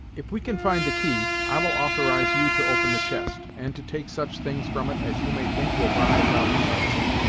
if we can find the key, i will authorize you to open the chest, and to take such things from it as you may think will buy father's ransom.